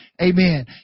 Amen